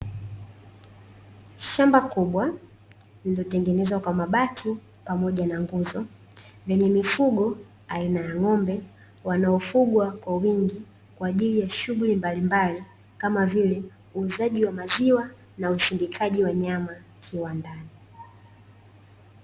Shamba kubwa lililotengenezwa kwa mabati pamoja na nguzo, lenye mifugo aina ya ng'ombe, wanaofugwa kwa wingi kwa ajili ya shughuli mbalimbali, kama vile; uuzaji wa maziwa na usindikaji wa nyama kiwandani.